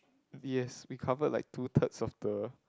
yes we covered like two thirds of the